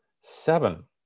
seven